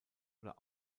oder